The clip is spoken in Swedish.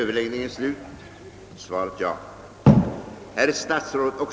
Herr talman!